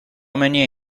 many